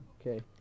okay